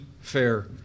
fair